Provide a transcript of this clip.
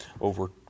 over